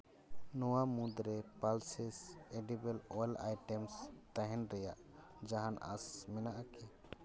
ᱱᱚᱣᱟ ᱢᱩᱫᱽᱨᱮ pulses edible all items ᱛᱟᱦᱮᱱ ᱨᱮᱭᱟ ᱡᱟᱦᱟᱱ ᱟᱸᱥ ᱢᱮᱱᱟᱜᱼᱟ ᱠᱤ